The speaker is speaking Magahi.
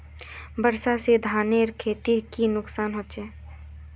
वर्षा से धानेर खेतीर की नुकसान होचे?